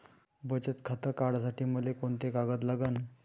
बचत खातं काढासाठी मले कोंते कागद लागन?